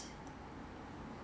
but I think because they